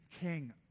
king